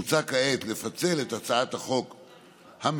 מוצע כעת לפצל את הצעת החוק המפוצלת,